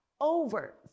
over